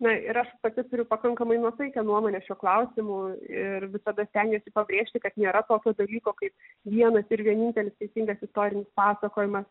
na ir aš pati turiu pakankamai nuosaikią nuomonę šiuo klausimu ir visada stengiuosi pabrėžti kad nėra tokio dalyko kaip vienas ir vienintelis teisingas istorinis pasakojimas